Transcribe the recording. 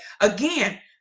Again